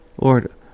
Lord